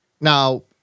Now